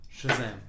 Shazam